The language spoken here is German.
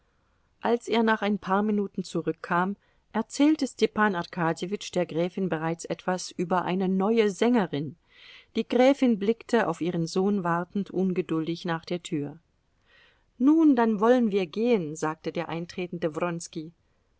als er nach ein paar minuten zurückkam erzählte stepan arkadjewitsch der gräfin bereits etwas über eine neue sängerin die gräfin blickte auf ihren sohn wartend ungeduldig nach der tür nun dann wollen wir gehen sagte der eintretende